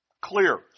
Clear